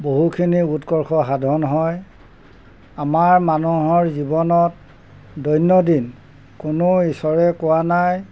বহুখিনি উৎকৰ্ষ সাধন হয় আমাৰ মানুহৰ জীৱনত দৈনন্দিন কোনো ঈশ্বৰে কোৱা নাই